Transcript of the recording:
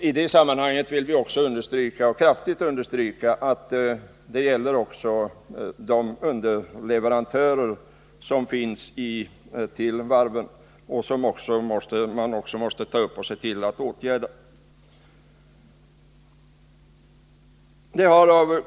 I det sammanhanget vill vi kraftigt understryka att Torsdagen den detta gäller också underleverantörerna till varven. Sådana åtgärder måste 5 juni 1980 vidtas att de inte drabbas.